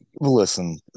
listen